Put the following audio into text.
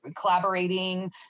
collaborating